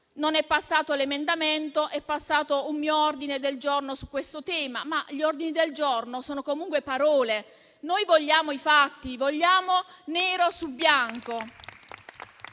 Non è passato l'emendamento, è passato un mio ordine del giorno su questo tema, ma gli ordini del giorno sono comunque parole, mentre noi vogliamo i fatti, li vogliamo nero su bianco.